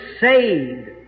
saved